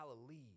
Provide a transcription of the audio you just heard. Galilee